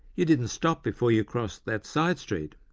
you didn't stop before you crossed that side street.